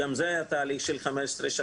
גם זה היה תהליך של 15 שנה.